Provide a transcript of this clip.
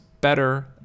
better